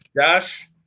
Josh